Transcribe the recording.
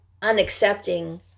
unaccepting